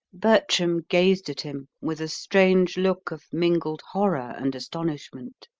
bertram gazed at him with a strange look of mingled horror and astonishment.